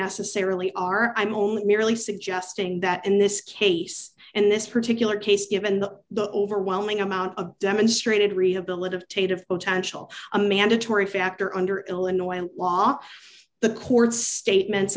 necessarily are i'm only merely suggesting that in this case and this particular case given the overwhelming amount of demonstrated rehabilitative potential a mandatory factor under illinois law the courts statements